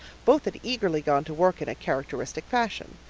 both had eagerly gone to work in a characteristic fashion.